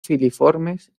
filiformes